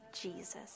Jesus